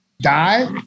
die